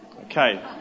Okay